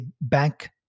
bank